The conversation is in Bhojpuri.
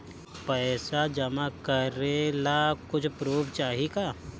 पैसा जमा करे ला कुछु पूर्फ चाहि का?